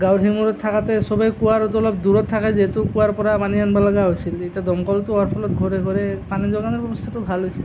গাঁৱৰ সিমূৰত থাকোঁতে সবে কুঁৱাৰ অলপ দূৰত থাকে যিহেতু তাৰ পৰা পানী আনিব লগা হৈছিল এতিয়া দমকলটো হোৱাৰ ফলত ঘৰে ঘৰে পানী যোগান ব্যৱস্থাটো ভাল হৈছে